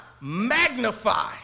magnify